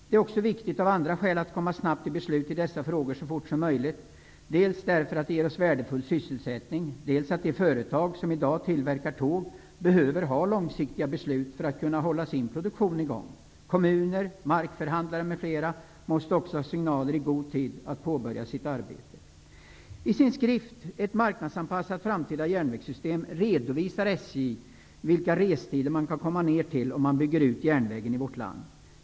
Det är också av andra skäl viktigt att komma till beslut i dessa frågor så fort som möjligt, dels därför att de ger oss värdefull sysselsättning, dels därför att de företag som i dag tillverkar tåg behöver ha långsiktiga beslut för att kunna hålla sin produktion i gång. Kommuner, markförhandlare, m.fl. måste också ha signaler i god tid för att påbörja sitt arbete. I sin skrift Ett marknadsanpassat framtida järnvägssystem redovisar SJ vilka restider man kan komma ned till om man bygger ut järnvägen i vårt land.